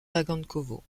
vagankovo